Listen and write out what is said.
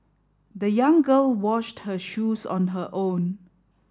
the young girl washed her shoes on her own